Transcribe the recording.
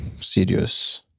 serious